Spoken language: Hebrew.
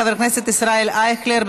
חבר הכנסת ישראל אייכלר,